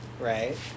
Right